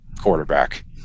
quarterback